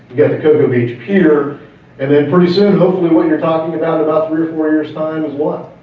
got the cocoa beach pier and and pretty soon hopefully what you're talking about, about three or four years time is what?